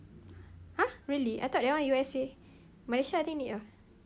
!huh! really I thought that one U_S_A malaysia I think need ah